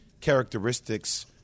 characteristics